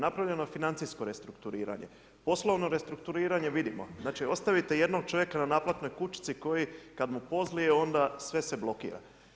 Napravljeno je financijsko restrukturiranje, poslovno restrukturiranje, vidimo, znači ostavite jednog čovjeka na naplatnoj kućici, koji kad mu pozlije, onda sve se blokira.